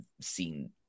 seen